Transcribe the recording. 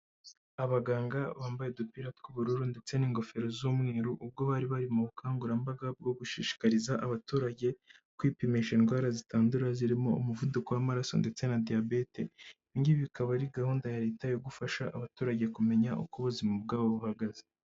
Abaganga bambaye udupira tw'ubururu ndetse n'ingofero z'umweru, ubwo bari bari mu bukangurambaga bwo gushishikariza abaturage, kwipimisha indwara zitandura zirimo umuvuduko w'amaraso ndetse na diyabete, ibingibi bikaba ari gahunda ya leta yo gufasha abaturage kumenya uko ubuzima bwabo buhagaze.